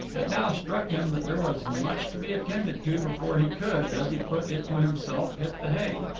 it now struck him that there was much to be attended to before he could, as he put it to himself, hit the hay.